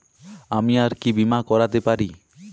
আমি আর কি বীমা করাতে পারি?